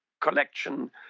collection